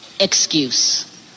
Excuse